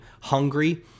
hungry